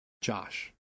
Josh